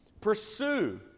pursue